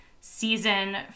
season